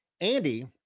Andy